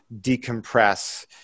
decompress